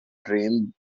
drain